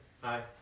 Hi